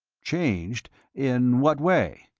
changed in what way?